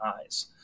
eyes